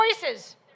voices